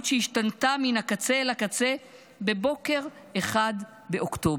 שהשתנתה מן הקצה אל הקצה בבוקר אחד באוקטובר.